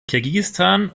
kirgisistan